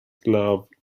glove